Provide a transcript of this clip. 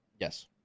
Yes